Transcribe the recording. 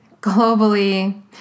globally